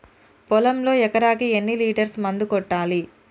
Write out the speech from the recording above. పొలంలో ఎకరాకి ఎన్ని లీటర్స్ మందు కొట్టాలి?